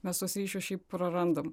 mes tuos ryšius šiaip prarandam